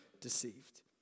deceived